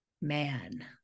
man